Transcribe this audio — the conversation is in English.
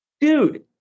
Dude